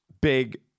big